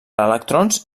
electrons